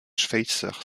schweitzer